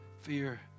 Fear